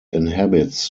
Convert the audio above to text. inhabits